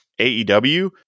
AEW